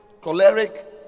choleric